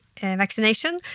vaccination